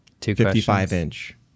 55-inch